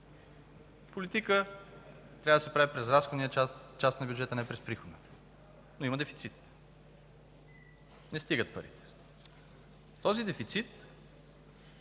Политика трябва да се прави през разходната част на бюджета, не през приходната. Но има дефицит – парите не стигат. Този дефицит